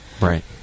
right